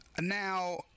now